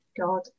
god